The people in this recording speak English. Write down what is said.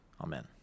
Amen